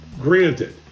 Granted